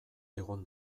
egon